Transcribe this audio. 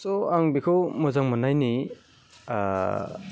स' आं बेखौ मोजां मोननायनि